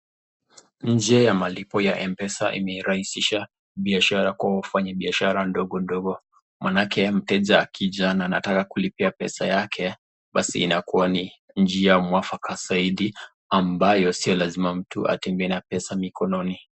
Njia ya malipo ya M-Pesa imerahisisha biashara kwa wafanyabiashara ndogondogo maanake mteja akija na anataka kulipia pesa yake basi inakuwa ni njia mwafaka zaidi ambayo si lazima mtu atembee na pesa mikononi.